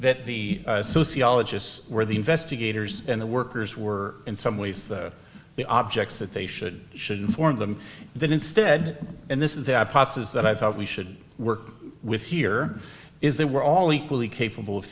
that the sociologists were the investigators and the workers were in some ways the objects that they should should inform them that instead and this is that potts's that i thought we should work with here is they were all equally capable of